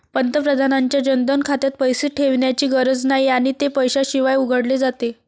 पंतप्रधानांच्या जनधन खात्यात पैसे ठेवण्याची गरज नाही आणि ते पैशाशिवाय उघडले जाते